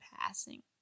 passing